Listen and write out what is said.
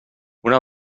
una